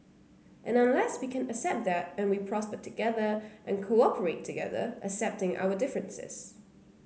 and unless we can accept that and we prosper together and cooperate together accepting our differences